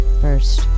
first